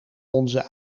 onze